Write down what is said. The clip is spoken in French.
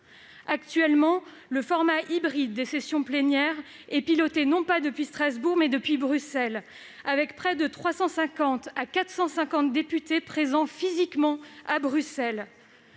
Actuellement, le format hybride des sessions plénières est piloté non depuis Strasbourg, mais depuis Bruxelles, avec près de 350 à 450 députés présents physiquement à Bruxelles.